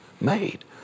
made